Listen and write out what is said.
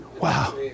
Wow